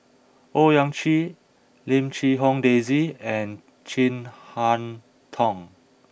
Owyang Chi Lim Quee Hong Daisy and Chin Harn Tong